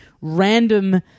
random